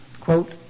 quote